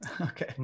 okay